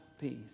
peace